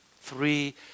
Three